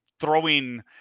throwing